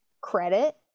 credit